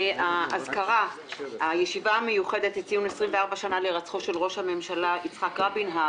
הישיבה המיוחדת לציון 24 שנה להירצחו של ראש הממשלה יצחק רבין,